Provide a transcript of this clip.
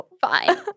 Fine